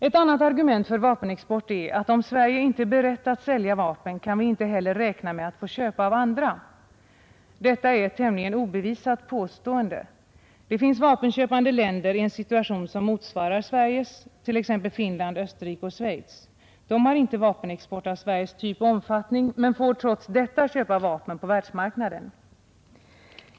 Ett annat argument för vapenexport är att om Sverige inte är berett att sälja vapen kan vi inte heller räkna med att få köpa av andra. Detta är ett tämligen obevisat påstående. Vapenköpande länder i en situation som motsvarar Sveriges är t.ex. Finland, Österrike och Schweiz. De har inte vapenexport av Sveriges typ och omfattning men får trots detta köpa vapen på världsmarknaden.